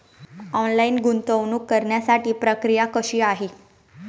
Online गुंतवणूक करण्यासाठी प्रक्रिया कशी आहे?